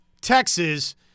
Texas